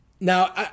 Now